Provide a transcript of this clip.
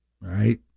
right